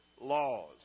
laws